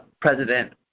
president